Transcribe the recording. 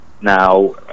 now